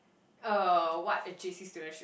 uh what a J_C student should